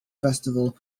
festival